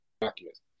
documents